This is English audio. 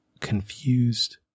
confused